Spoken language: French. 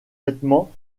vêtements